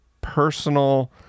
personal